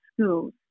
schools